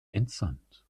entsandt